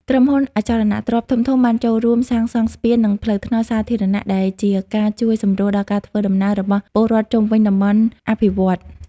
ក្រុមហ៊ុនអចលនទ្រព្យធំៗបានចូលរួមសាងសង់ ស្ពាន និងផ្លូវថ្នល់ សាធារណៈ ដែលជាការជួយសម្រួលដល់ការធ្វើដំណើររបស់ពលរដ្ឋជុំវិញតំបន់អភិវឌ្ឍន៍។